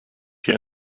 die